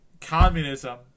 Communism